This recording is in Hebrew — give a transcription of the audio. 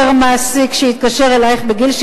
חבר הכנסת דב חנין, ואחריו, חברת הכנסת מיכל בירן.